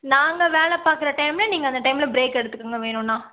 நாங்கள் வேலைப் பார்க்குற டைமில் நீங்கள் அந்த டைமில் பிரேக் எடுத்துக்குங்க வேணுன்னால்